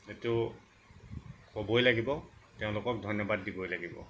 যিটো ক'বই লাগিব তেওঁলোকক ধন্যবাদ দিবই লাগিব